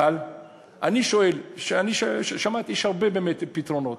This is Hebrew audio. אבל שמעתי שיש באמת הרבה פתרונות,